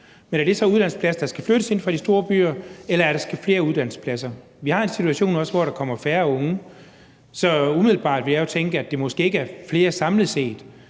– er det så uddannelsespladser, der skal flyttes inde fra de store byer, eller er det at skabe flere uddannelsespladser? Vi har også en situation, hvor der kommer færre unge, så umiddelbart ville jeg jo tænke, at det måske samlet set